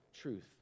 truth